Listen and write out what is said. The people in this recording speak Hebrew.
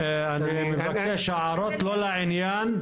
אני מבקש הערות לא לעניין,